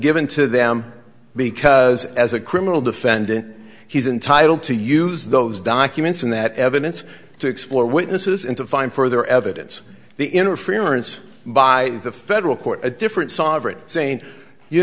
given to them because as a criminal defendant he's entitled to use those documents and that evidence to explore witnesses and to find further evidence the interference by the federal court a different sovereign saying you